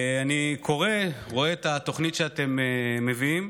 אני קורא, רואה את התוכנית שאתם מביאים,